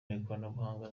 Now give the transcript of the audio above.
n’ikoranabuhanga